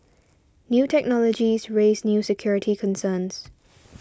new technologies raise new security concerns